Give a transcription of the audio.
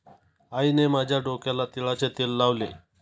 आईने माझ्या डोक्याला तिळाचे तेल लावले